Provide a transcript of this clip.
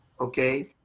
okay